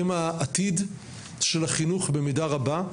הם העתיד של החינוך במידה רבה,